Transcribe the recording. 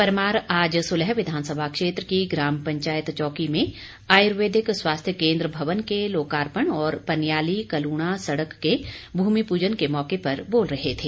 परमार आज सुलह विधानसभा क्षेत्र की ग्राम पंचायत चौकी में आयुर्वेदिक स्वास्थ्य केंद्र भवन के लोकापर्ण और पनियाली कलूणा सड़क के भूमि प्रजन के मौके पर बोल रहे थे